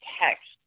text